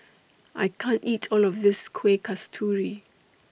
I can't eat All of This Kuih Kasturi